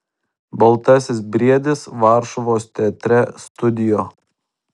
baltasis briedis varšuvos teatre studio